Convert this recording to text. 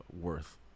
worth